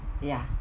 ya